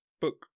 book